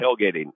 tailgating